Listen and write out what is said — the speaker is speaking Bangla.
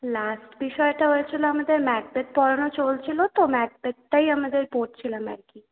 লাস্ট বিষয়টা হয়েছিল আমাদের ম্যাকবেথ পড়ানো চলছিল তো ম্যাকবেথটাই আমাদের পড়ছিলাম আর কী